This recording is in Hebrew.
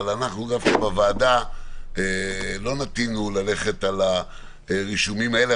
אבל אנחנו בוועדה לא נטינו ללכת על הרישומים האלה,